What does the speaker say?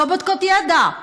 לא בודקות ידע,